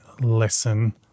lesson